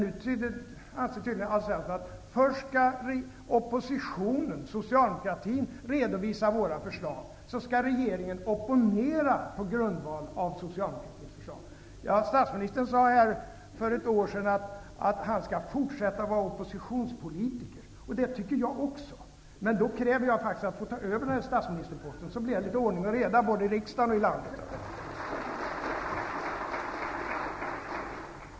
Nu tycker tydligen Alf Svensson att oppositionen, socialdemokratin, först skall redovisa sina förslag och att regeringen sedan skall opponera på grund av Statsministern sade här för ett år sedan att han skall fortsätta att vara oppositionspolitiker. Det tycker jag också. Men då kräver jag faktiskt att få ta över statsministerposten, så att det blir ordning och reda både i riksdagen och i landet.